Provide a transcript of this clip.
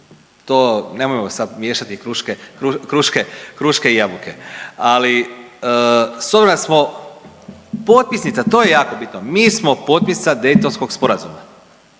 To nemojmo sad miješati kruške i jabuke, ali s obzirom da smo potpisnica to je jako bitno, mi smo potpisnica Daytonskog sporazuma